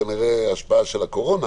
כנראה השפעה של הקורונה